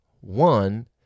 One